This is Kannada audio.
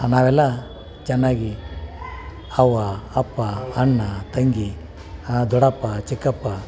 ನಾವೆಲ್ಲ ಚೆನ್ನಾಗಿ ಅವ್ವ ಅಪ್ಪ ಅಣ್ಣ ತಂಗಿ ದೊಡ್ಡಪ್ಪ ಚಿಕ್ಕಪ್ಪ